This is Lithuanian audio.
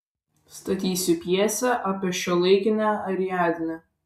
statysiu pjesę apie šiuolaikinę ariadnę